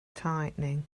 tightening